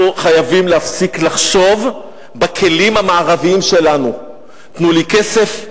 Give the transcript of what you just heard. אנחנו חייבים להפסיק לחשוב בכלים המערביים שלנו: תנו לי כסף,